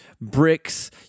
bricks